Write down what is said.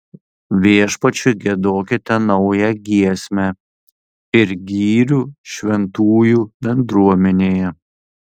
viešpačiui giedokite naują giesmę ir gyrių šventųjų bendruomenėje